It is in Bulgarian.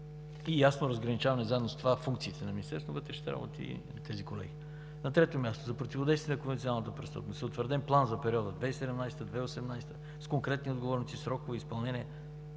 ясно разграничаване на функциите на Министерството на вътрешните работи и на тези колеги. На трето място, за противодействие на конвенционалната престъпност е утвърден План за периода 2017 – 2018 г., с конкретни отговорници, срокове, изпълнение.